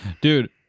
Dude